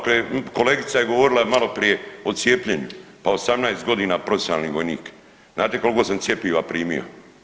Kolegica je govorila maloprije o cijepljenju, pa 18 godina profesionalni vojnik znate koliko sam cjepivo primio?